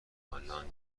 آنلاین